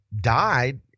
died